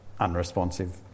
unresponsive